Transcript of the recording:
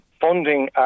funding